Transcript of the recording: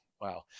wow